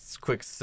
quick